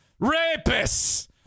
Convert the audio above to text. rapists